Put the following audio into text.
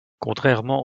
contrairement